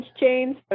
chains